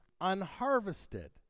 unharvested